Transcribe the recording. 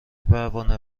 پروانه